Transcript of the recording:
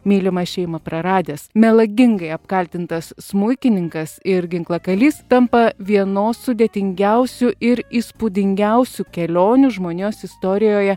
mylimą šeimą praradęs melagingai apkaltintas smuikininkas ir ginklakalys tampa vienos sudėtingiausių ir įspūdingiausių kelionių žmonijos istorijoje